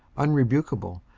unrebukable,